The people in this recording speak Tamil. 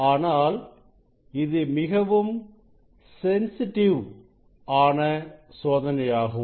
ஆனால் இது மிகவும் சென்சிட்டிவ் ஆன சோதனையாகும்